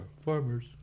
farmers